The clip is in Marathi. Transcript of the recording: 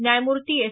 न्यायमूर्ती एस